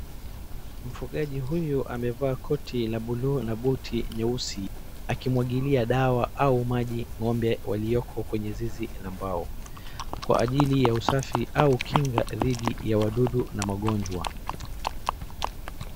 Mfugaji huyu amevaa koti la buluu na buti nyeusi, akimwagilia dawa au maji ng'ombe walioko kwenye zizi la mbao, kwa ajili ya usafi au kinga dhidi ya wadudu na magonjwa.